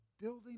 building